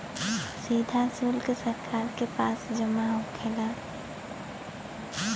सीधा सुल्क सरकार के पास जमा होखेला